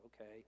okay